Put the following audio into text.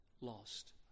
lost